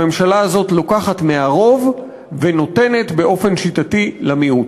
הממשלה הזאת לוקחת מהרוב ונותנת באופן שיטתי למיעוט,